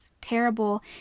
Terrible